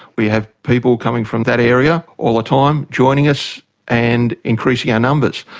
we have people coming from that area all the time, joining us and increasing our numbers.